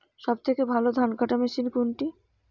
সবথেকে ভালো ধানকাটা মেশিন কোনটি?